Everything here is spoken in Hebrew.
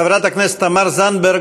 חברת הכנסת תמר זנדברג,